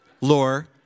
Lore